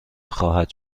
خواهد